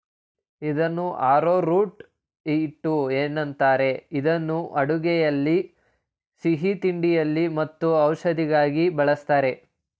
ಇದನ್ನು ಆರೋರೂಟ್ ಹಿಟ್ಟು ಏನಂತಾರೆ ಇದನ್ನು ಅಡುಗೆಯಲ್ಲಿ ಸಿಹಿತಿಂಡಿಗಳಲ್ಲಿ ಮತ್ತು ಔಷಧಿಗಾಗಿ ಬಳ್ಸತ್ತರೆ